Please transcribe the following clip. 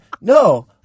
no